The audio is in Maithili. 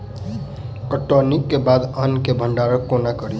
कटौनीक बाद अन्न केँ भंडारण कोना करी?